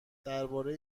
درباره